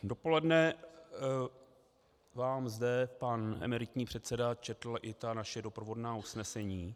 Dopoledne vám zde pan emeritní předseda četl i naše doprovodná usnesení.